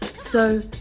so,